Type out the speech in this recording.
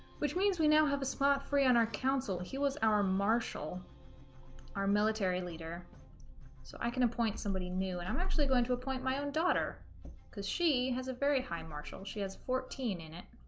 which means we now have a spot free on our council he was our marshal our military leader so i can appoint somebody new and i'm actually going to appoint my own daughter cuz she has a very high marshal she has fourteen in it